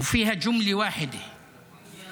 ולכן, יכול להיות שיעשו שם התנחלויות,